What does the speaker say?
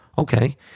okay